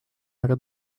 aga